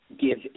give